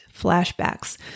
flashbacks